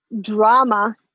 drama